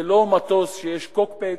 זה לא מטוס שיש cockpit,